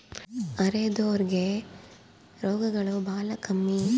ಅರೆದೋರ್ ಗೆ ರೋಗಗಳು ಬಾಳ ಕಮ್ಮಿ